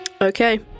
Okay